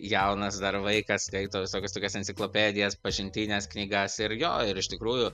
jaunas dar vaikas skaito visokius tokius enciklopedijas pažintines knygas ir jo ir iš tikrųjų